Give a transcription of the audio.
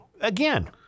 again